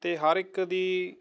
ਅਤੇ ਹਰ ਇੱਕ ਦੀ